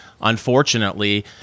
unfortunately